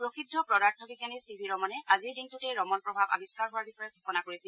প্ৰসিদ্ধ পদাৰ্থ বিজ্ঞানী চি ভি ৰমনে আজিৰ দিনটোতেই ৰমন প্ৰভাৱ আৱিষ্বাৰ হোৱাৰ বিষয়ে ঘোষণা কৰিছিল